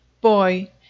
Boy